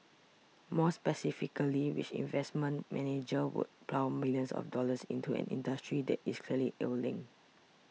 more specifically which investment manager would plough millions of dollars into an industry that is clearly ailing